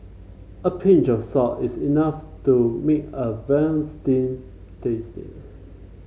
a pinch of salt is enough to make a veal stew tasty